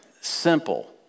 simple